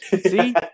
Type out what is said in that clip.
See